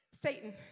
Satan